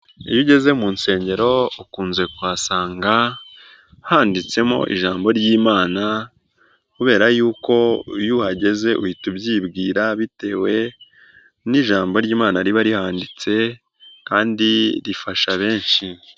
Iyo ugeze mu nsengero ukunze kuhasanga handitsemo ijambo ry'imana, kubera yuko iyo uhageze uhita ubyibwira bitewe n'i ijambo ry'imana riba rihanyanditse kandi rifasha benshi.